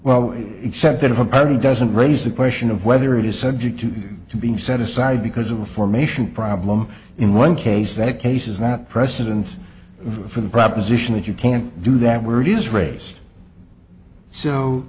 well except that if a party doesn't raise the question of whether it is subject to being set aside because of the formation problem in one case that cases that precedent for the proposition that you can't do that were this race so